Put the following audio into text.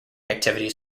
activities